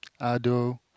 Ado